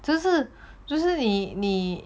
这是就是你呢